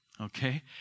okay